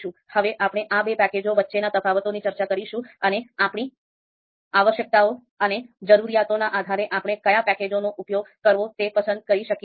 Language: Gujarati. હવે આપણે આ બે પેકેજો વચ્ચેના તફાવતોની ચર્ચા કરીશું અને આપણી આવશ્યકતાઓ અને જરૂરિયાતોના આધારે આપણે કયા પેકેજનો ઉપયોગ કરવો તે પસંદ કરી શકીએ છીએ